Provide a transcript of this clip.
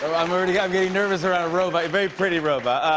i'm already i'm getting nervous around a robot, a very pretty robot.